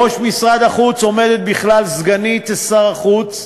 בראש משרד החוץ עומדת בכלל סגנית שר החוץ,